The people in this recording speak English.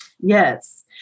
Yes